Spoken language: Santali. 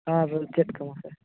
ᱟᱨ ᱪᱮᱫ ᱠᱚ